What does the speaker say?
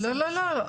--- לא, לא.